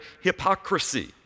hypocrisy